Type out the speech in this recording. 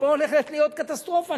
שפה הולכת להיות קטסטרופה,